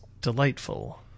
delightful